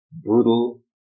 brutal